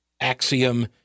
axiom